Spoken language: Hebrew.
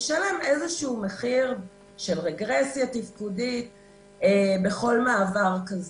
משלם איזשהו מחיר של רגרסיה תפקודית כל מעבר כזה.